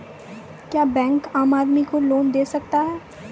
क्या बैंक आम आदमी को लोन दे सकता हैं?